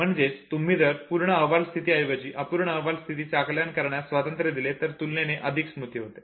म्हणजेच तुम्ही जर पूर्ण अहवाल स्थिती एवजी अपूर्ण अहवाल स्थितीचे आकलन करण्याचे स्वातंत्र्य दिले तर तुलनेने अधिक स्मृती होते